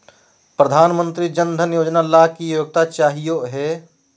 प्रधानमंत्री जन धन योजना ला की योग्यता चाहियो हे?